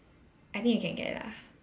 I think you can get lah